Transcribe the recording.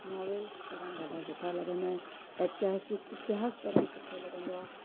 novel पढ़णु ॾाढा सुठा लॻंदा आहिनि ऐतिहासिक किता्ब पढ़णु सुठो लॻंदो आहे